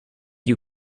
you